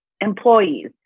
employees